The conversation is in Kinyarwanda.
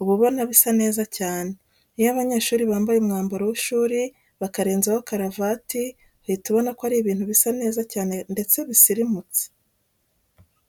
uba ubona bisa neza cyane. Iyo abanyeshuri bambaye umwambaro w'ishuri bakarenzaho karavati uhita ubona ko ari ibintu bisa neza cyane ndetse bisirimutse.